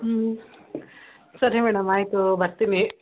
ಸರಿ ಮೇಡಮ್ ಆಯಿತು ಬರ್ತೀವಿ